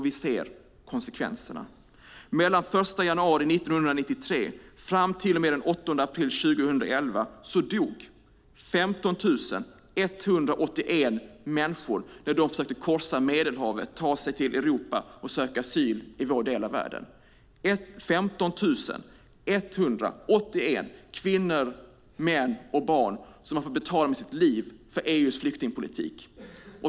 Vi ser också konsekvenserna. Från den 1 januari 1993 fram till och med den 8 april 2011 dog 15 181 människor när de försökte korsa Medelhavet, ta sig till Europa och söka asyl i vår del av världen. 15 181 kvinnor, män och barn har fått betala med sina liv för EU:s flyktingpolitik.